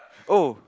oh